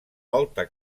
volta